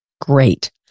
Great